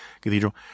Cathedral